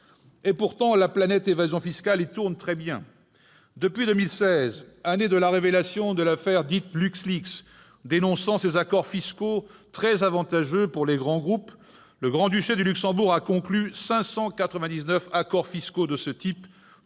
Pourtant, la planète « évasion fiscale » y tourne très bien. Depuis 2016, année de la révélation de l'affaire dite « LuxLeaks », qui dénonçait ces accords fiscaux très avantageux pour les grands groupes, le Grand-Duché de Luxembourg a conclu 599 accords fiscaux de ce type,